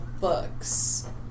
books